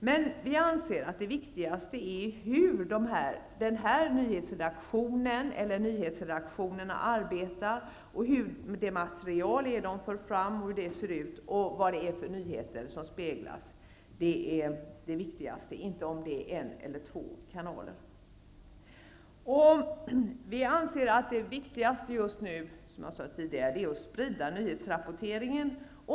Men vi anser att det viktigaste är hur nyhetsredaktionen, eller nyhetsredaktionerna, arbetar, vilket material som förs fram och vilka nyheter som speglas -- inte om det finns en eller två kanaler. Vi anser att det viktigaste just nu är att sprida nyhetsrapporteringen.